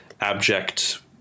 abject